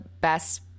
best